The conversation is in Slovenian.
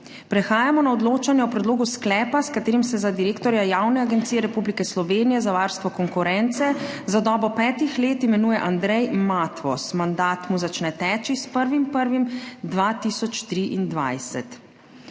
Prehajamo na odločanje o predlogu sklepa, s katerim se za direktorja Javne agencije Republike Slovenije za varstvo konkurence za dobo petih let imenuje Andrej Matvoz. Mandat mu začne teči s 1. 1. 2023.